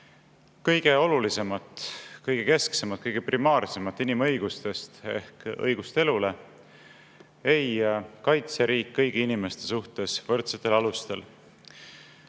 kõige olulisemat, kõige kesksemat, kõige primaarsemat inimõigust ehk õigust elule ei kaitse riik kõigi inimeste suhtes võrdsetel alustel.